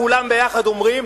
כולם ביחד אומרים: